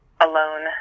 Alone